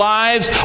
lives